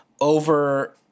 over